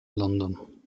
london